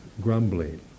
grumbling